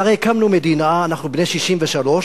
והרי הקמנו מדינה, אנחנו בני 63,